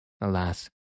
alas